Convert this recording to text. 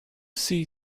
see